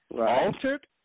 Altered